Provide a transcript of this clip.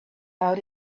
out